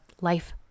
life